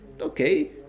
okay